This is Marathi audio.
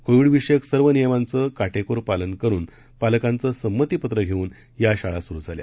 कोव्हीडविषयकसर्वनियमांचंकाटकोरपालनकरून पालकांचंसंमतीपत्रघेऊनयाशाळासुरुझाल्या